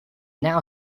now